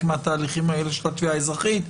מהתהליכים האלה של התביעה האזרחית,